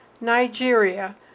Nigeria